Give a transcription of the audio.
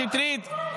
סליחה,